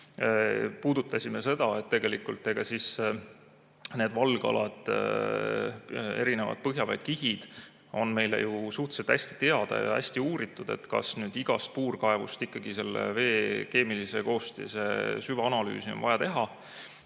Puudutasime seda, et need valgalad ja erinevad põhjaveekihid on meile ju suhteliselt hästi teada ja hästi uuritud, et kas nüüd igast puurkaevust ikkagi vee keemilise koostise süvaanalüüsi on vaja teha,